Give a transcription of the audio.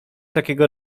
takiego